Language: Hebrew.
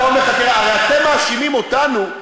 הרי אתם מאשימים אותנו,